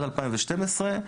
עד 2012,